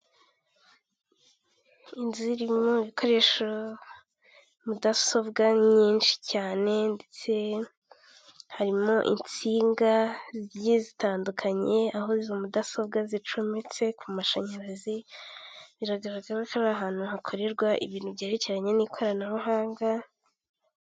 Umugabo wambaye ishati y'umweru muremure, uhagararanye n'umugore ufite imisatsi ifunze bari kureba imitako icuruzwa.